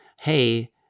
hey